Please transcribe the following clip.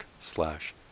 slash